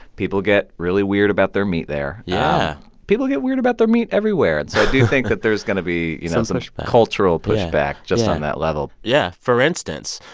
people get really weird about their meat there yeah people get weird about their meat everywhere. and so i do you think that there's going to be, you know. some pushback. cultural pushback just on that level yeah. for instance,